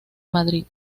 madrid